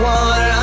one